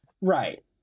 Right